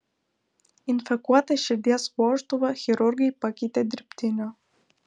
infekuotą širdies vožtuvą chirurgai pakeitė dirbtiniu